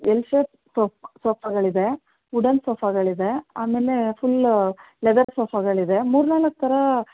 well set ಸೋಪ್ ಸೋಫಾಗಳಿದೆ wooden ಸೋಫಾಗಳಿದೆ ಆಮೇಲೆ ಫುಲ್ ಲೆದರ್ ಸೋಫಾಗಳಿದೆ ಮೂರು ನಾಲ್ಕು ಥರ